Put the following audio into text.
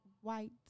white